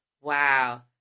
Wow